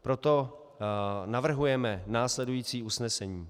Proto navrhujeme následující usnesení: